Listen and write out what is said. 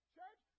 Church